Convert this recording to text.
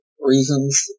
reasons